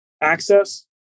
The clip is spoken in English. Access